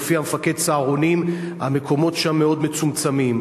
הופיע מפקד "סהרונים" המקומות שם מאוד מצומצמים.